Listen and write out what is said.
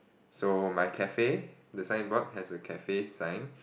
so my cafe the signboard has a cafe sign